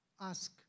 ask